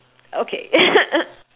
okay